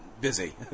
busy